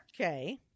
Okay